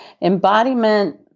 Embodiment